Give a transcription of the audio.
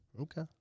Okay